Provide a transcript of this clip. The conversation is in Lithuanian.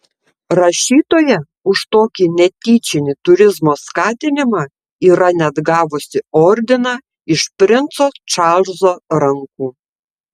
rašytoja už tokį netyčinį turizmo skatinimą yra net gavusi ordiną iš princo čarlzo rankų